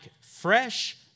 fresh